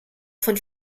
von